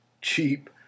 cheap